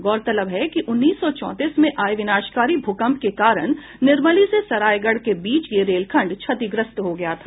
गौरतलब है कि उन्नीस सौ चौंतीस में आये विनाशकारी भूकम्प के कारण निर्मली से सरायगढ़ के बीच यह रेलखंड क्षतिग्रस्त हो गया था